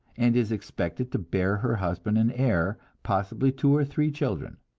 and is expected to bear her husband an heir, possibly two or three children.